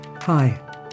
Hi